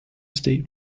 state